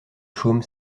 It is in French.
chaume